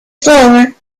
slower